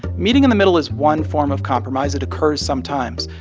meeting in the middle is one form of compromise that occurs sometimes.